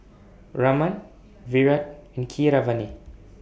Raman Virat and Keeravani